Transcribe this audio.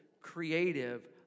creative